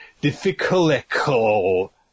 difficult